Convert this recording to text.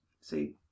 See